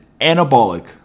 anabolic